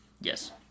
Yes